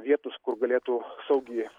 vietos kur galėtų saugiai